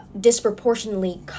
disproportionately